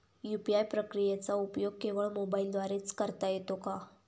UPI प्रक्रियेचा उपयोग केवळ मोबाईलद्वारे च करता येतो का?